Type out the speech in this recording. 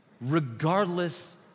regardless